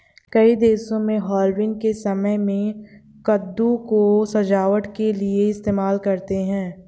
कई देशों में हैलोवीन के समय में कद्दू को सजावट के लिए इस्तेमाल करते हैं